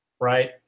right